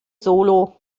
solo